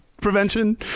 prevention